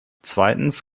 zweitens